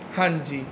ਹਾਂਜੀ